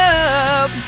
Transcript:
up